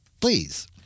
please